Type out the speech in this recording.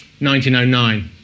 1909